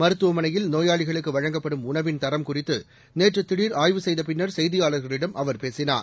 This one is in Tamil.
மருத்துவமனையில் நோயாளிகளுக்கு வழங்கப்படும் உணவின் தரம் குறித்து நேற்று திடர் ஆய்வு செய்த பின்னர் செய்தியாளர்களிடம் அவர் பேசினார்